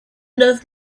enough